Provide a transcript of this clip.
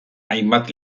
hainbat